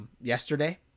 yesterday